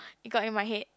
got in my head